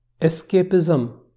escapism